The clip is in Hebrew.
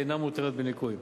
אינה מותרת בניכוי.